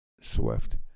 Swift